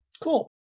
Cool